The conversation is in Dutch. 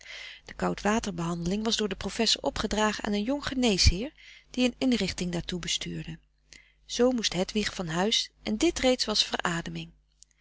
de koud water behandeling was door den professor opgedragen aan een jong geneesheer die een inrichting daartoe bestuurde zoo moest hedwig van huis en dit reeds was verademing